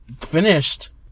finished